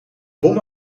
bom